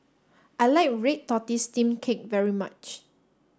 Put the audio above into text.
I like Red Tortoise Steamed Cake very much